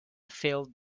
filled